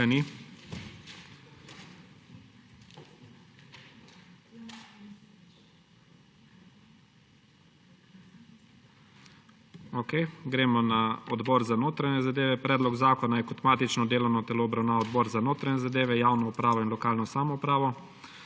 Ga ni. Okej. Gremo na Odbor za notranje zadeve. Predlog zakona je kot matično delovno telo obravnaval Odbor za notranje zadeve, javno upravo in lokalno samoupravo.